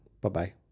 Bye-bye